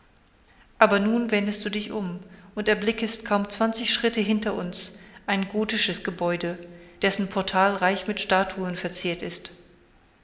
aber nun wendest du dich um und erblickest kaum zwanzig schritte hinter uns ein gotisches gebäude dessen portal reich mit statuen verziert ist